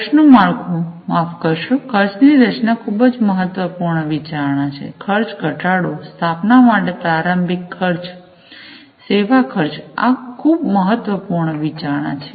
ખર્ચનું માળખું માફ કરશો ખર્ચ ની રચના ખૂબ જ મહત્વપૂર્ણ વિચારણા છે॰ખર્ચ ઘટાડો સ્થાપના માટે પ્રારંભિક ખર્ચ સેવા ખર્ચ આ ખૂબ મહત્વપૂર્ણ વિચારણા છે